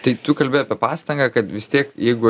tai tu kalbi apie pastangą kad vis tiek jeigu